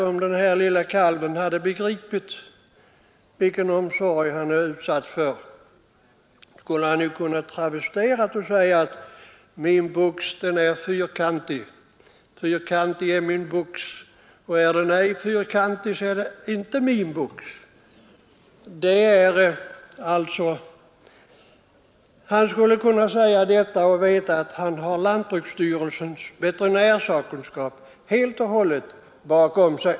Om den lille kalven begripit vilken omsorg han har utsatts för skulle han kunna travestera den och säga: Min box den är fyrkantig, så är den ej min box. Han skulle kunna säga detta och veta att han har lantbruksstyrelsen veterinärsakkunskap helt bakom sig.